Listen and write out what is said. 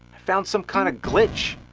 found some kind of glitch.